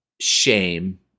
shame